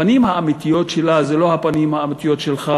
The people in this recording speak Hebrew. הפנים האמיתיות שלה זה לא הפנים האמיתיות שלך,